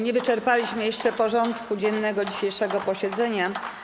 Nie wyczerpaliśmy jeszcze porządku dziennego dzisiejszego posiedzenia.